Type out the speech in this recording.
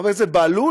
חבר הכנסת בהלול,